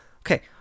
Okay